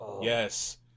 Yes